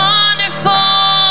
Wonderful